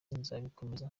nzabikomeza